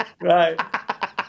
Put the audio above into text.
Right